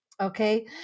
Okay